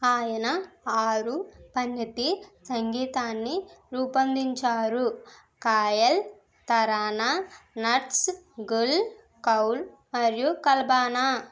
ఆయన ఆరు ఫణితి సంగీతాన్ని రూపొందించారు ఖయాల్ తారానా నఖ్ష్ గుల్ కౌల్ మరియు కల్బానా